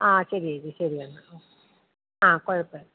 ആ ശരി ചേച്ചി ശരി എന്നാൽ ആ കുഴപ്പം ഇല്ല